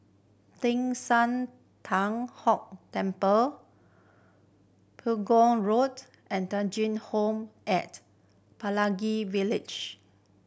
Teng San Hock Temple Pegu Road and Home at Pelangi Village